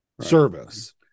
service